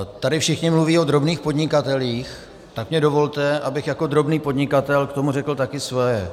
Tady všichni mluví o drobných podnikatelích, tak mi dovolte, abych jako drobný podnikatel k tomu řekl taky svoje.